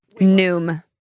Noom